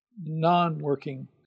non-working